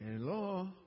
Hello